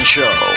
Show